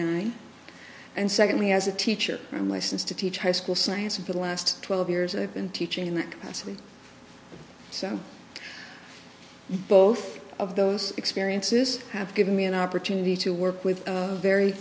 nine and secondly as a teacher i'm licensed to teach high school science of the last twelve years i've been teaching in that capacity so both of those experiences have given me an opportunity to work with a very